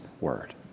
word